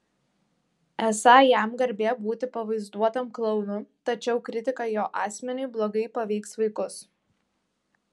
esą jam garbė būti pavaizduotam klounu tačiau kritika jo asmeniui blogai paveiks vaikus